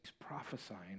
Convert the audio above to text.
prophesying